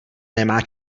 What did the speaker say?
nemá